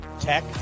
Tech